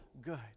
good